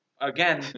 Again